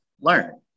learn